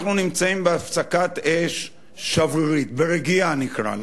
אנחנו נמצאים בהפסקת-אש שברירית, ברגיעה, נקרא לה.